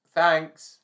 thanks